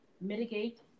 mitigate